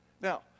now